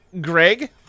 greg